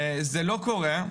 זה לא קורה.